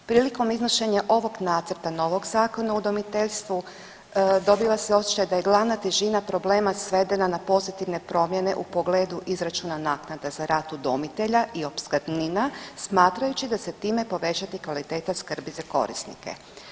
Prilikom iznošenja ovog nacrta novog Zakona o udomiteljstvu dobiva se osjećaj da je glavna težina problema svedena na pozitivne promjene u pogledu izračuna naknada za rad udomitelja i opskrbnina, smatraju da se time povećati kvaliteta skrbi za korisnike.